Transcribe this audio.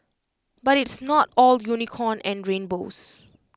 but it's not all unicorn and rainbows